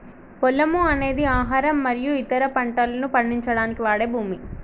పొలము అనేది ఆహారం మరియు ఇతర పంటలను పండించడానికి వాడే భూమి